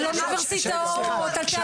על אוניברסיטאות, על תיאטראות, הכול.